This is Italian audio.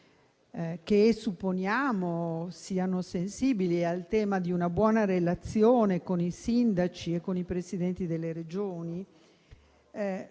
che supponiamo siano sensibili al tema di una buona relazione con i sindaci e i Presidenti delle Regioni,